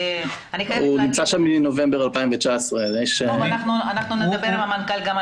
הוא נמצא שם מנובמבר 2019. אנחנו נדבר עם המנכ"ל.